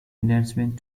enhancement